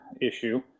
issue